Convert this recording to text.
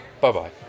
bye-bye